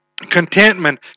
contentment